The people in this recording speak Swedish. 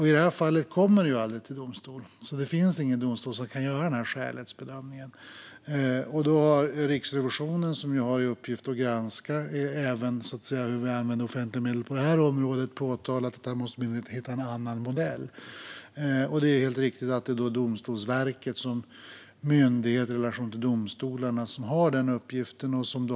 I detta fall kommer det ju aldrig till domstol, så det finns ingen domstol som kan göra skälighetsbedömningen, och Riksrevisionen - som ju har i uppgift att granska hur vi använder offentliga medel även på detta område - har påtalat att vi behöver hitta en annan modell. Det är helt riktigt att det är Domstolsverket som myndighet i relation till domstolarna som har den uppgiften.